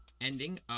ending